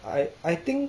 I I think